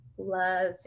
love